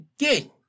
again